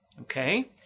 okay